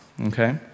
okay